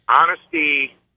honesty